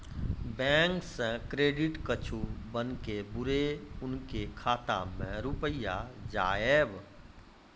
Bank से credit कद्दू बन के बुरे उनके खाता मे रुपिया जाएब?